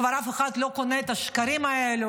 כבר אף אחד לא קונה את השקרים האלה.